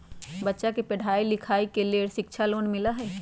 बच्चा के पढ़ाई के लेर शिक्षा लोन मिलहई?